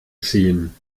ziehen